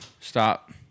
Stop